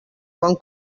bon